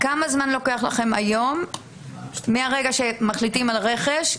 כמה זמן לוקח לכם היום מהרגע שמחליטים על רכש?